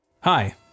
Hi